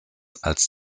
als